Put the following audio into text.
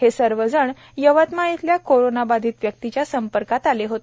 हे सर्वजण यवतमाळ येथील कोरोना बाधित व्यक्तीच्या संपर्कात आले होते